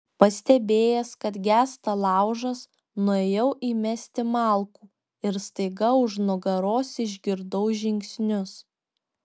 pastebėjęs kad gęsta laužas nuėjau įmesti malkų ir staiga už nugaros išgirdau žingsnius